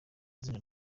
izina